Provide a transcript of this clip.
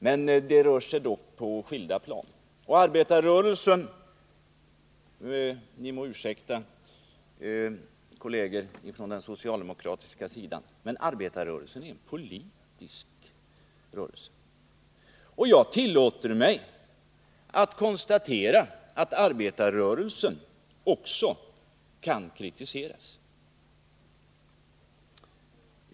Men det rör sig om skilda plan. Arbetarrörelsen — ni må ursäkta, kolleger ifrån den socialdemokratiska sidan — är en politisk rörelse. Jag tillåter mig att konstatera att arbetarrörelsen också kan kritiseras.